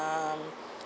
um